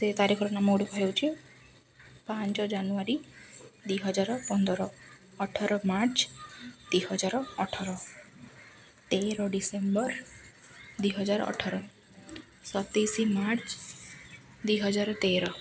ସେ ତାରିଖର ନାମ ଗୁଡ଼ିକ ହେଉଛି ପାଞ୍ଚ୍ ଜାନୁଆରୀ ଦୁଇ ହଜାର ପନ୍ଦର ଅଠର ମାର୍ଚ୍ଚ ଦୁଇ ହଜାର ଅଠର ତେର ଡିସେମ୍ବର୍ ଦୁଇ ହଜାର ଅଠର ସତେଇଶି ମାର୍ଚ୍ଚ ଦୁଇ ହଜାର ତେର